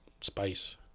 spice